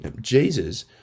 Jesus